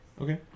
Okay